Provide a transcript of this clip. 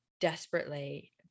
desperately